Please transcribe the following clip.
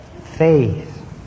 faith